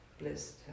list